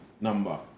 number